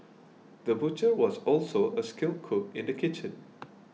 the butcher was also a skilled cook in the kitchen